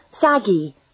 saggy